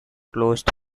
closed